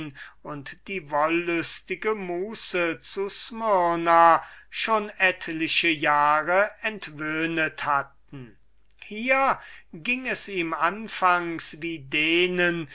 und die wollüstige muße zu smyrna schon etliche jahre entwöhnet hatten hier ging es ihm anfangs wie denen